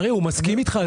אריה, הוא מסכים איתך.